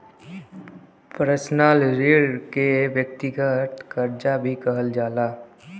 personal ऋण के व्यक्तिगत करजा भी कहल जाला